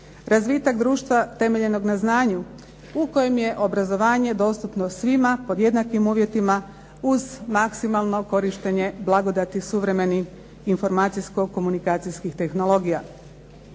Razvitak društva temeljenog na znanju u kojem je obrazovanje dostupno svima pod jednakim uvjetima uz maksimalno korištenje blagodati suvremenih informacijsko-komunikacijskih tehnologija.